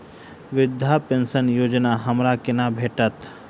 वृद्धा पेंशन योजना हमरा केना भेटत?